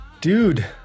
Dude